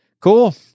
cool